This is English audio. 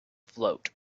float